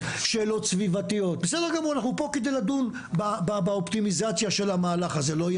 בין קהילה לקהילה ואפילו בין אזור